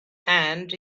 and